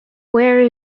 where